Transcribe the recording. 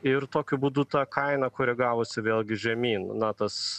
ir tokiu būdu ta kaina koregavosi vėlgi žemyn na tas